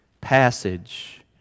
passage